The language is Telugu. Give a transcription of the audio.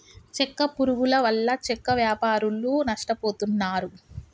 చెక్క పురుగుల వల్ల చెక్క వ్యాపారులు నష్టపోతున్నారు